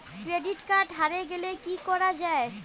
Credit card হারে গেলে কি করা য়ায়?